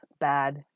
bad